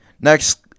next